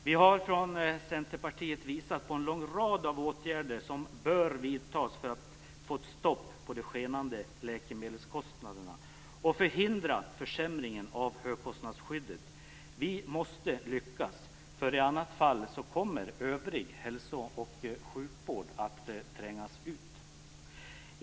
Vi har från Centerpartiet visat på en lång rad av åtgärder som bör vidtas för att få ett stopp på de skenande läkemedelskostnaderna och förhindra försämringen av högkostnadsskyddet. Vi måste lyckas, för i annat fall kommer övrig hälso och sjukvård att trängas ut.